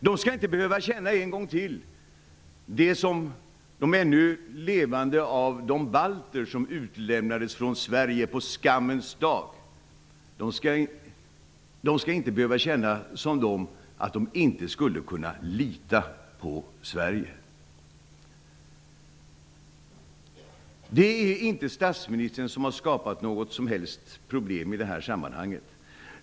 De skall inte än en gång behöva känna att de, liksom de balter som utlämnades av Sverige på skammens dag, inte kan lita på Sverige. Statsministern har inte skapat något som helst problem i detta sammanhang.